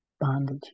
bondage